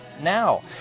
now